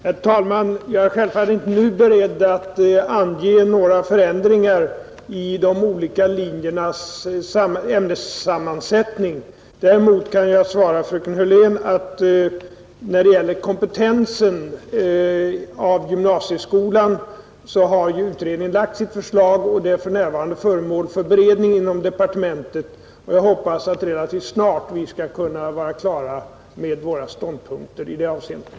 Herr talman! Självfallet är jag inte nu beredd att ange några förändringar i de olika linjernas ämnessammansättning. Däremot kan jag svara fröken Hörlén att när det gäller kompetensen i gymnasieskolan, så har ju utredningen framlagt sitt förslag, och det är för närvarande föremål för beredning inom departementet. Jag hoppas att vi relativt snart skall kunna vara klara med våra ståndpunkter i det avseendet.